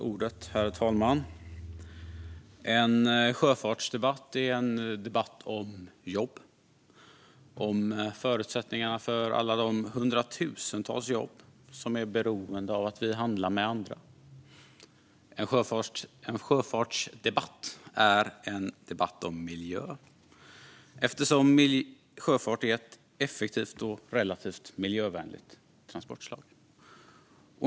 Herr talman! En sjöfartsdebatt är en debatt om jobb och förutsättningarna för alla de hundratusentals jobb som är beroende av att vi handlar med andra. En sjöfartsdebatt är en debatt om miljö, eftersom sjöfart är ett effektivt och relativt miljövänligt transportslag.